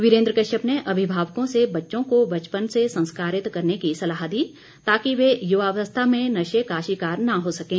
वीरेन्द्र कश्यप ने अभिभावकों से बच्चों को बचपन से संस्कारित करने की सलाह दी ताकि वे युवावस्था में नशे का शिकार न हो सकें